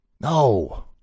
No